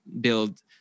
build